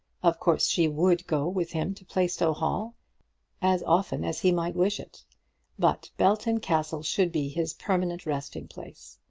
of course she would go with him to plaistow hall as often as he might wish it but belton castle should be his permanent resting-place.